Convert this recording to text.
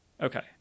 okay